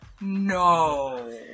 No